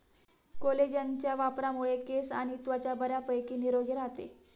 कोलेजनच्या वापरामुळे केस आणि त्वचा बऱ्यापैकी निरोगी राहते